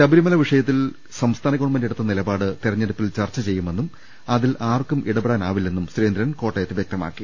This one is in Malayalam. ശബരി മല വിഷയത്തിൽ സംസ്ഥാന ഗവൺമെന്റ് എടുത്ത നിലപാട് തെര ഞ്ഞെടുപ്പിൽ ചർച്ച ചെയ്യുമെന്നും അതിൽ ആർക്കും ഇടപെടാനാ വില്ലെന്നും സുരേന്ദ്രൻ കോട്ടയത്ത് വ്യക്തമാക്കി